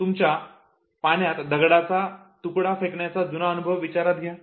तुमचा पाण्यात दगडाचा तुकडा फेकण्याचा जुना अनुभव विचारात घ्या